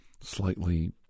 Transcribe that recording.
slightly